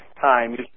time